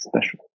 special